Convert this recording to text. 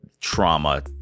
trauma